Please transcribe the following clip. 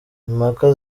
impaka